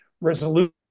resolution